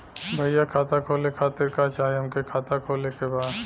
भईया खाता खोले खातिर का चाही हमके खाता खोले के बा?